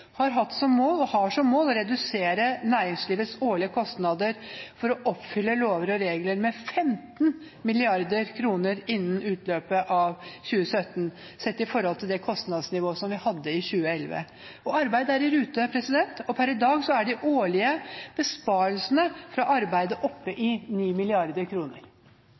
har hatt og har som mål å redusere næringslivets årlige kostnader for å oppfylle lover og regler med 15 mrd. kr innen utløpet av 2017 – sett i forhold til kostnadsnivået vi hadde i 2011. Arbeidet er i rute, og per i dag er de årlige besparelsene fra arbeidet oppe i